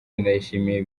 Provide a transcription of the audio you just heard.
ndayishimiye